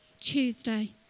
Tuesday